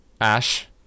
Ash